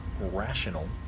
rational